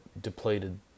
depleted